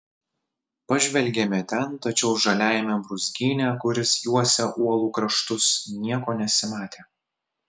pažvelgėme ten tačiau žaliajame brūzgyne kuris juosė uolų kraštus nieko nesimatė